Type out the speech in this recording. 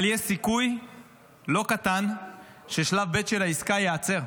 אבל יש סיכוי לא קטן ששלב ב' של העסקה ייעצר.